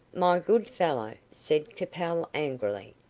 my good fellow, said capel, angrily,